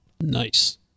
Nice